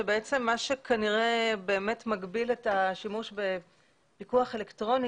שבעצם מה שכנראה באמת מגביל את השימוש בפיקוח אלקטרוני,